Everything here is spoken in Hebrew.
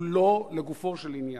הוא "לא" לגופו של עניין.